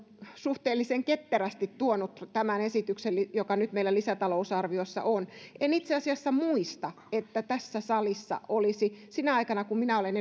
suhteellisen ketterästi tuonut tämän esityksen joka nyt meillä lisätalousarviossa on en itse asiassa muista että tässä salissa olisi sinä aikana kun minä olen